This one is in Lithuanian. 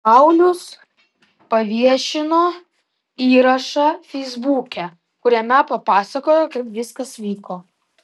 paulius paviešino įrašą feisbuke kuriame papasakojo kaip viskas vyko